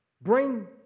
Bring